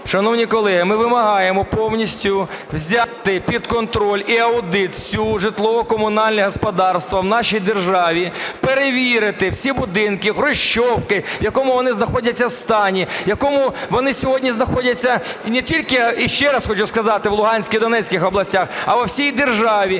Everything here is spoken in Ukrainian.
Шановні колеги, ми вимагаємо повністю взяти під контроль і аудит все житлово-комунальне господарство в нашій державі, перевірити всі будинки, "хрущевки", в якому вони знаходяться стані, в якому вони сьогодні знаходяться не тільки, і ще раз хочу сказати, в Луганській і Донецькій областях, а у всій державі,